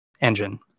engine